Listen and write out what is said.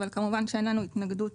אבל כמובן שאין לנו התנגדות